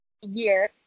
year